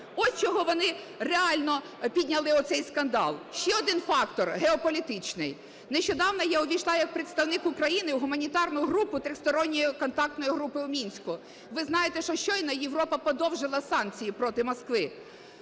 Ось чого вони реально підняли оцей скандал. Ще один фактор – геополітичний. Нещодавно я увійшла як представник України в гуманітарну групу Тристоронньої контактної групи в Мінську. Ви знаєте, що щойно Європа подовжила санкції проти Москви.